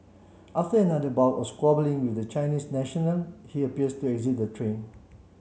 after another bout of squabbling with the Chinese national he appears to exit the train